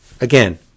again